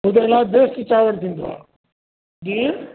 उहो त इलाही देसी चांवर थींदो आहे जीअं